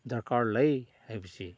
ꯗꯔꯀꯥꯔ ꯂꯩ ꯍꯥꯏꯕꯁꯤ